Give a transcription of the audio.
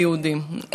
היהודים,